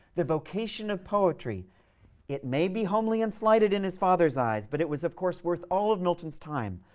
the vocation of poetry it may be homely and slighted in his father's eyes, but it was of course worth all of milton's time,